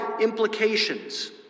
implications